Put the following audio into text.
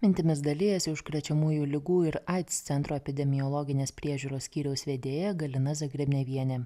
mintimis dalijasi užkrečiamųjų ligų ir aids centro epidemiologinės priežiūros skyriaus vedėja galina zagrebnevienė